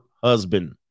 Husband